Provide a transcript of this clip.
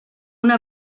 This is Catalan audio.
una